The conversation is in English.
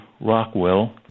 Rockwell